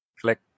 Click